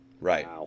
right